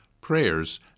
prayers